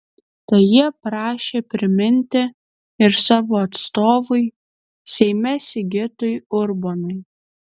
tai jie prašė priminti ir savo atstovui seime sigitui urbonui